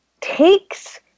takes